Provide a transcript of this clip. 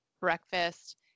breakfast